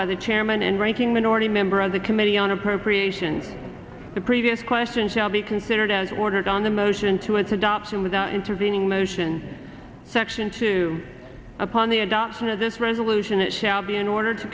by the chairman and ranking minority member of the committee on appropriations the previous question shall be considered as ordered on the motion to its adoption without intervening motion section two upon the adoption of this resolution it shall be in order to